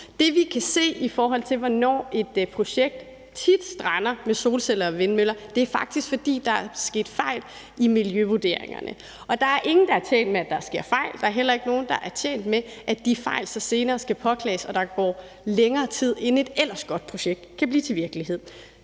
Det, vi kan se, i forhold til hvornår et projekt med solceller og vindmøller tit strander, er, at det faktisk er, fordi der er sket fejl i miljøvurderingerne. Der er ingen, der er tjent med, at der sker fejl. Der er heller ikke nogen, der er tjent med, at de fejl så senere skal påklages, og at der går længere tid, inden et ellers godt projekt bliver til virkelighed.